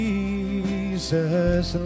Jesus